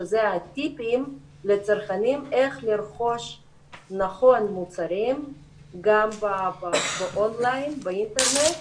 שזה הטיפים לצרכנים איך לרכוש נכון מוצרים גם באונליין באינטרנט,